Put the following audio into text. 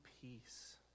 peace